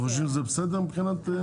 אתם חושב שזה בסדר מבחינת האוצר?